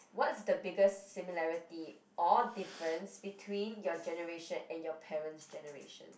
what's the biggest similarity or difference between your generation and your parent's generation